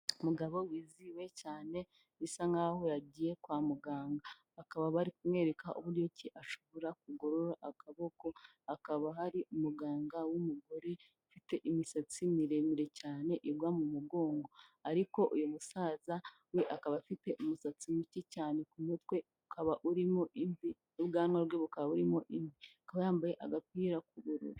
Umugabo wizihiwe cyane bisa nkaho yagiye kwa muganga bakaba bari kumwereka uburyo ki ashobora kugorora akaboko hakaba hari umuganga w'umugore ufite imisatsi miremire cyane igwa mu mugongo ariko uyu musaza we akaba afite umusatsi muke cyane ku mutwe ukaba urimo imvi n'ubwanwa bwe bukaba buririmo imvi akaba yambaye agapira k'ubururu.